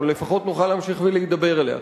או לפחות נוכל להמשיך להידבר עליה.